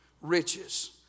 riches